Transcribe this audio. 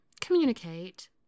communicate